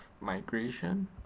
migration